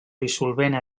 dissolvent